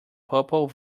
purple